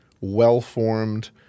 well-formed